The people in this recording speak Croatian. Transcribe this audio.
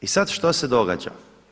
I sada što se događa?